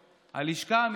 העיקר שיהיה לראש